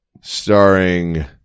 starring